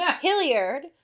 Hilliard